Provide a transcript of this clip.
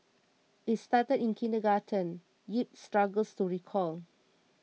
it started in kindergarten yip struggles to recall